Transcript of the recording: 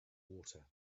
water